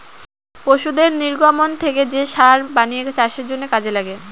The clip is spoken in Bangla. পশুদের নির্গমন থেকে যে সার বানিয়ে চাষের জন্য কাজে লাগে